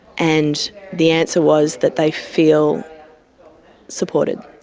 and the answer was that they feel supported,